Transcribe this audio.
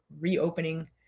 reopening